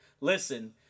Listen